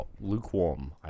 lukewarm